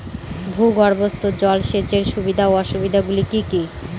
ভূগর্ভস্থ জল সেচের সুবিধা ও অসুবিধা গুলি কি কি?